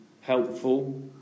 helpful